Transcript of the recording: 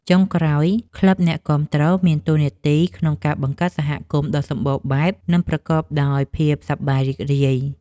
ចុងក្រោយ ក្លឹបអ្នកគាំទ្រមានតួនាទីក្នុងការបង្កើតសហគមន៍ដ៏សម្បូរបែប និងប្រកបដោយភាពសប្បាយរីករាយ។